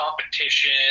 competition